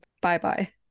bye-bye